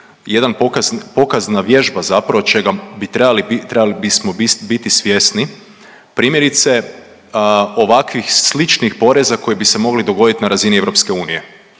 jedan pokazna vježba čega bismo .../nerazumljivo/... biti svjesni, primjerice, ovakvih sličnih poreza koji bi se mogli dogoditi na razini EU,